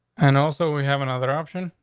and also we have another option.